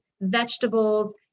vegetables